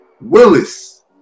Willis